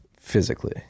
physically